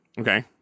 Okay